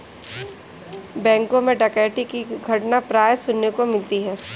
बैंकों मैं डकैती की घटना प्राय सुनने को मिलती है